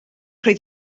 roedd